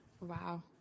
Wow